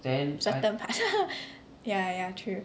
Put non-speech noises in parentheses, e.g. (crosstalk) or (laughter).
certain parts (laughs) ya ya true